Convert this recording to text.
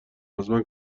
ازمن